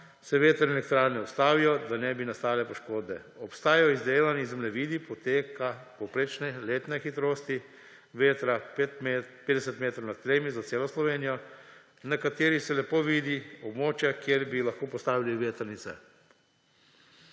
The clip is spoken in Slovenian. se vetrne elektrarne ustavijo, da ne bi nastale poškodbe. Obstajajo izdelani zemljevidi poteka povprečne letne hitrosti vetra 50 metrov nad tlemi za celo Slovenijo, na katerih se lepo vidi območja, kjer bi lahko postavili vetrnice.